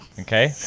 Okay